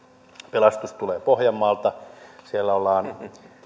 pelastus tulee pohjanmaalta siellä ollaan